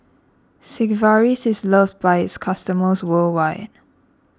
Sigvaris is loved by its customers worldwide